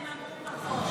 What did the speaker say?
הם אמרו פחות.